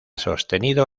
sostenido